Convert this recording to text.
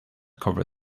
cover